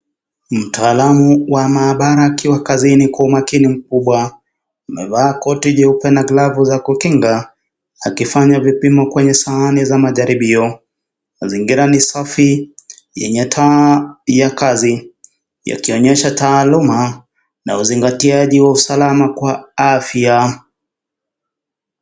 Mtaalamu wa maabara akiwa kazini kwa umakini mkubwa. Amevaa koti jeupe na glavu za kukinga, akifanya vipimo kenye sahani za majaribio. Mazingira ni safi yenye taa ya kazi, yakionyesha taaluma na uzingatiaji wa usalama kwa afya.